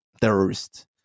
terrorists